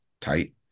tight